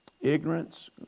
Ignorance